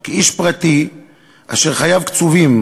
כי איש פרטי אשר חייו קצובים,